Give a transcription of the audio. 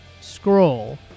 scroll